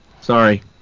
Sorry